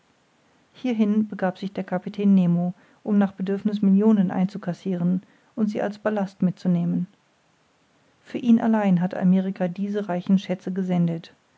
hierhin begab sich der kapitän nemo um nach bedürfniß millionen einzukassiren und sie als ballast mitzunehmen für ihn allein hatte amerika diese reichen schätze gesendet